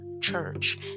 church